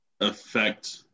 affect